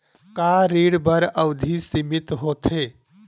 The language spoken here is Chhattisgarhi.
का ऋण बर अवधि सीमित होथे?